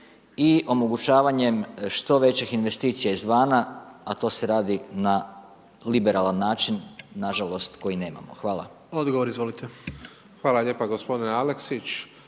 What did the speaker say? i omogućavanjem što većih investicija iz vana, a to se radi na liberalni način nažalost koji nemamo. Hvala. **Jandroković, Gordan (HDZ)**